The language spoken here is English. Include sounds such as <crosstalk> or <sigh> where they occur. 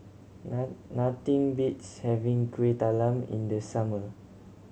<unintelligible> nothing beats having Kuih Talam in the summer